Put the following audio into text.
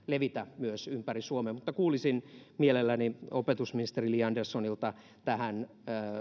levitä myös ympäri suomen mutta kuulisin mielelläni opetusministeri li anderssonilta